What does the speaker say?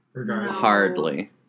Hardly